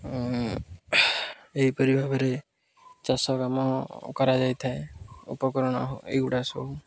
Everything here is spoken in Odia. ଏହିପରି ଭାବରେ ଚାଷ କାମ କରାଯାଇଥାଏ ଉପକରଣ ଏହିଗୁଡ଼ା ସବୁ